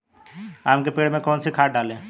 आम के पेड़ में कौन सी खाद डालें?